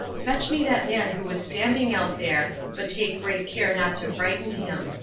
fetch me that man who is standing out there, but take great care not to frighten him.